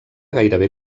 gairebé